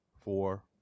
four